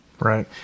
Right